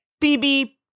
Phoebe